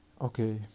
Okay